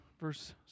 verse